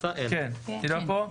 היא לא פה.